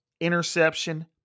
interception